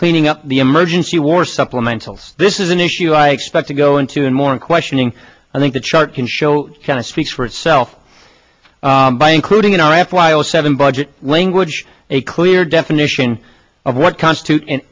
cleaning up the emergency war supplemental this is an issue i expect to go into in more questioning i think the chart can show kind of speaks for itself by including in our f y o seven budget language a clear definition of what constitutes an